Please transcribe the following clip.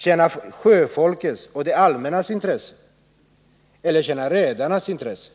Tjänar det sjöfolkets och det allmännas intressen eller tjänar det redarnas intressen?